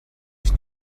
ich